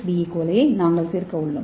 B ஈ கோலியை நாங்கள் சேர்க்க உள்ளோம்